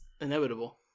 inevitable